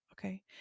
okay